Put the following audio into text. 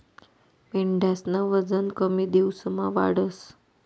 मेंढ्यास्नं वजन कमी दिवसमा वाढस